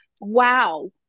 Wow